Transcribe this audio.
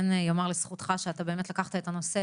כן ייאמר לזכותך שאתה לקחת את הנושא,